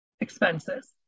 expenses